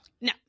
No